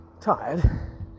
tired